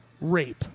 rape